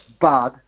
bad